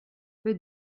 peu